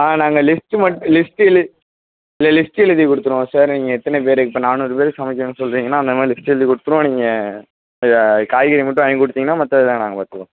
ஆ நாங்கள் லிஸ்ட் மட் லிஸ்ட் எழு இல்லை லிஸ்ட் எழுதி கொடுத்துருவோம் சார் நீங்கள் எத்தனை பேருக்கு இப்போ நானுறு பேருக்கு சமைக்கணும் சொல்றீங்கன்னால் அந்த மாதிரி லிஸ்ட் எழுதி கொடுத்துருவோம் நீங்கள் காய்கறி மட்டும் வாங்கி கொடுத்தீங்கன்னா மற்றதுலாம் நாங்கள் பார்த்துப்போம்